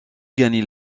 gagne